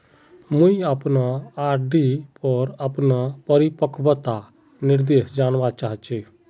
मुई अपना आर.डी पोर अपना परिपक्वता निर्देश जानवा चहची